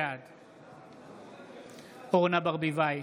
בעד אורנה ברביבאי,